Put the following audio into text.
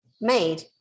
made